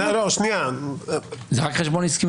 מדובר פה רק על חשבון עסקי?